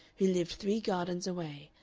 who lived three gardens away,